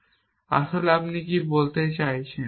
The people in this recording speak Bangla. আপনি আসলে কি বলতে চাচ্ছেন